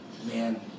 man